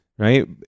Right